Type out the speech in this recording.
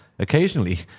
occasionally